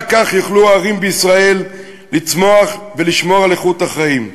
רק כך יוכלו הערים בישראל לצמוח ולשמור על איכות החיים.